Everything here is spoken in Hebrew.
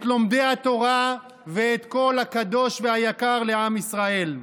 את לומדי התורה ואת כל הקדוש והיקר לעם ישראל.